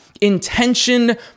intention